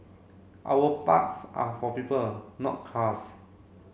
our parks are for people not cars